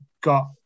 got